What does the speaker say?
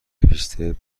هیپستر